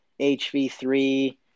hv3